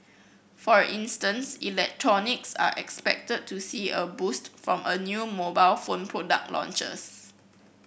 for instance electronics are expected to see a boost from a new mobile phone product launches